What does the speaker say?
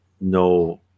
no